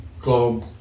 globe